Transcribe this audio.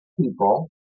people